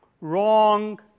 wrong